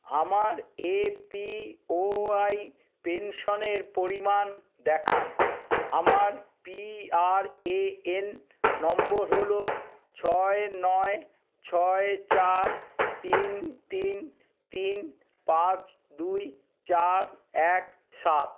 আমার এপিওয়াই পেনশনের পরিমাণ দেখান আমার পিআরএএন নম্বর হলো ছয় নয় ছয় চার তিন তিন তিন পাঁচ দুই চার এক সাত